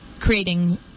creating